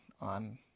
on